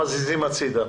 מזיזים הצדה.